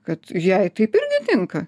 kad jai taip irgi tinka